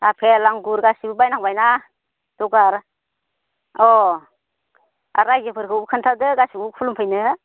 आफेल आंगुर गासिबो बायनांबायना जगार अ आर रायजोफोरखौ खोन्थादो गासिबो खुलुमफैनो